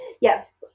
Yes